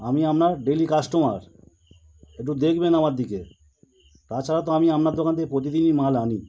আমি আপনার daily customer একটু দেখবেন আমার দিকে তাছাড়াও তো আমি আপনার দোকান থেকে প্রতিদিনই মাল আনি